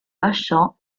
lasciò